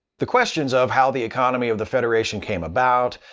the questions of how the economy of the federation came about,